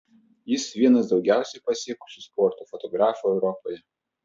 jis vienas daugiausiai pasiekusių sporto fotografų europoje